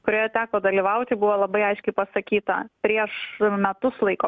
kurioje teko dalyvauti buvo labai aiškiai pasakyta prieš metus laiko